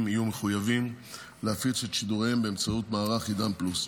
יהיו מחויבים להפיץ את שידוריהם באמצעות מערך עידן פלוס.